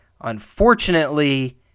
Unfortunately